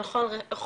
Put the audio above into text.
על כל רשויותיה,